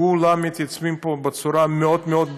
כולם מתייצבים פה בצורה מאוד מאוד,